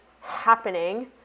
happening